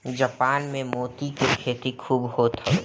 Japan में मोती के खेती खूब होत हवे